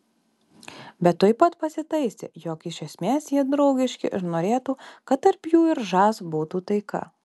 bet tuoj pat pasitaisė jog iš esmės jie draugiški ir norėtų kad tarp jų ir žas būtų taika